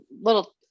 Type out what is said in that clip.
little